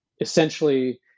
essentially